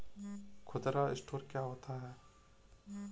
खुदरा स्टोर क्या होता है?